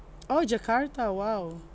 oh jakarta !wow!